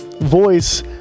voice